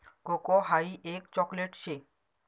cocoa हाई एक chocolate शे